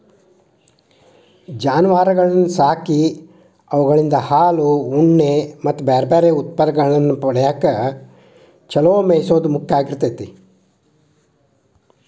ಜಾನುವಾರಗಳನ್ನ ಸಾಕಿ ಅವುಗಳಿಂದ ಹಾಲು, ಉಣ್ಣೆ ಮತ್ತ್ ಬ್ಯಾರ್ಬ್ಯಾರೇ ಉತ್ಪನ್ನಗಳನ್ನ ಪಡ್ಯಾಕ ಚೊಲೋ ಮೇಯಿಸೋದು ಮುಖ್ಯ ಆಗಿರ್ತೇತಿ